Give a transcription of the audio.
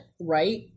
right